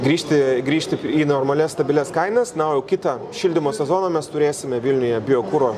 grįžti grįžti į normalias stabilias kainas na o kitą šildymo sezoną mes turėsime vilniuje biokuro